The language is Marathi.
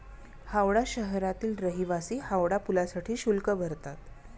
हावडा शहरातील रहिवासी हावडा पुलासाठी शुल्क भरतात